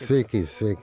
sveiki sveik